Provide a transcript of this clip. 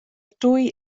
dwy